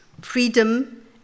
freedom